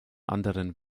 anderen